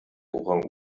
orang